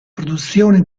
produzione